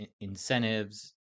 incentives